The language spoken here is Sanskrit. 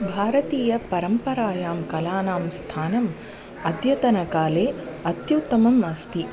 भारतीयपरम्परायां कलानां स्थानम् अद्यतनकाले अत्युत्तमम् अस्ति